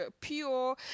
pure